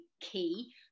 key